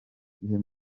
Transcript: gihe